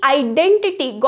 identity